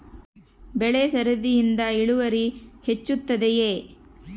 ಬೆಳೆ ಸರದಿಯಿಂದ ಇಳುವರಿ ಹೆಚ್ಚುತ್ತದೆಯೇ?